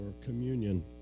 Communion